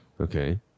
Okay